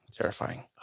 terrifying